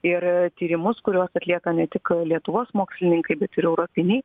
ir tyrimus kuriuos atlieka ne tik lietuvos mokslininkai bet ir europiniai